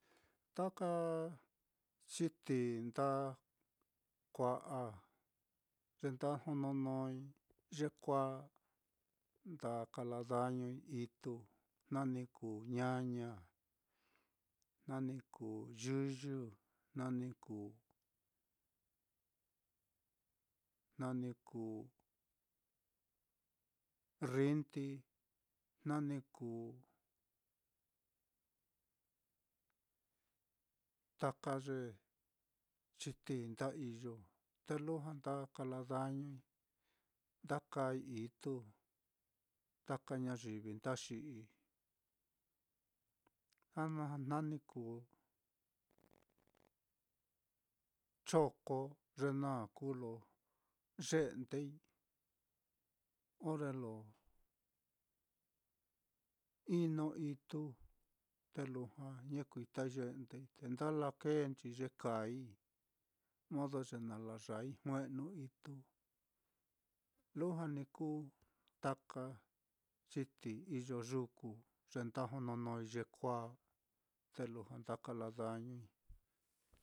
Taka chitií nda kua'a ye nda jononói yekuāā, nda kala dañui ituu, jna ni kuu ñaña, jna ni kuu yɨyɨ, jna ni kuu jna ni kuu rrindi, jna ni kuu taka chitií nda iyo, te lujua nda kala dañui, nda kaai ituu taka ñayivi nda xi'ii, a-ama na ni kuu choko, ye naá kuu lo ye'ndei ore lo ino ituu, te lujua ñekuitai ye'ndei, te nda lakēēnchi ye kaai, modo ye na layaai jue'ni ituu, lujua ni kuu taka chitií iyo yuku, ye nda jononói yekuāā, te lujua nda kala dañui.